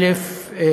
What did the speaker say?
א.